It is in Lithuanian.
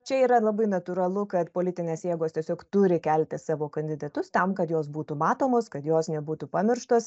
čia yra labai natūralu kad politinės jėgos tiesiog turi kelti savo kandidatus tam kad jos būtų matomos kad jos nebūtų pamirštos